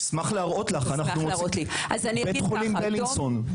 בבית חולים בלינסון.